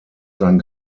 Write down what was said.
sein